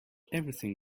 everything